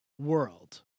world